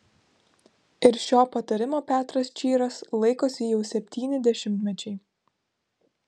ir šio patarimo petras čyras laikosi jau septyni dešimtmečiai